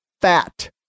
fat